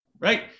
right